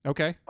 Okay